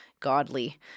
godly